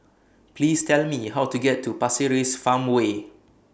Please Tell Me How to get to Pasir Ris Farmway